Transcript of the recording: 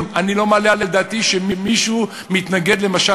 אני לא מעלה על דעתי שמישהו מתנגד למשל